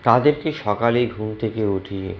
তাদেরকে সকালেই ঘুম থেকে উঠিয়ে